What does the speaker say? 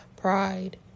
pride